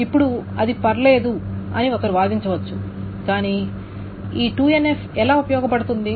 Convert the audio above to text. ఇప్పుడు అది పర్లేదు అని ఒకరు వాదించవచ్చు కానీ ఈ 2NF ఎలా ఉపయోగపడుతుంది